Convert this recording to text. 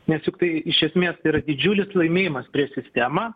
nes juk tai iš esmės yra didžiulis laimėjimas prieš sistemą